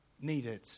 needed